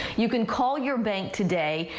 you can call your bank today.